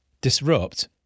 disrupt